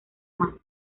más